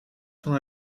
van